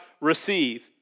receive